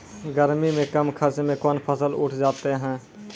गर्मी मे कम खर्च मे कौन फसल उठ जाते हैं?